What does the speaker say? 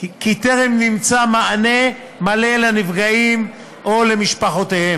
כי טרם נמצא מענה מלא לנפגעים ולמשפחותיהם.